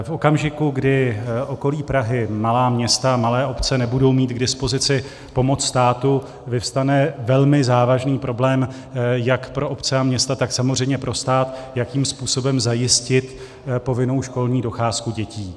V okamžiku, kdy okolí Prahy, malá města, malé obce nebudou mít k dispozici pomoc státu, vyvstane velmi závažný problém jak pro obce a města, tak samozřejmě pro stát, jakým způsobem zajistit povinnou školní docházku dětí.